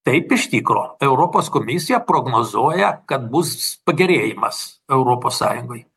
taip iš tikro europos komisija prognozuoja kad bus pagerėjimas europos sąjungoj